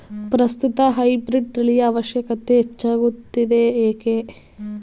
ಪ್ರಸ್ತುತ ಹೈಬ್ರೀಡ್ ತಳಿಯ ಅವಶ್ಯಕತೆ ಹೆಚ್ಚಾಗುತ್ತಿದೆ ಏಕೆ?